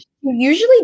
usually